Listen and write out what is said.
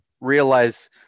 realize